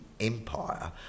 Empire